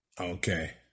Okay